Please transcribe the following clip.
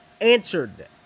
answered